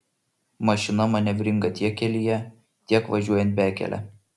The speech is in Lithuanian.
mašina manevringa tiek kelyje tiek važiuojant bekele